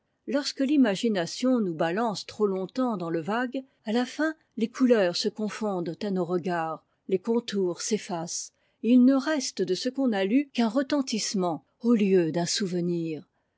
lorsque l'imagination nous balance trop longtemps dans le vague à la fin les couleurs se confondent à nos regards les contours s'effacent et il ne reste de ce qu'on a lu qu'un retentissement au lieu d'un souvenir